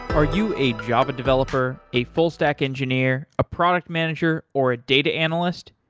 are you a java developer, a full stack engineer, a product manager or a data analyst?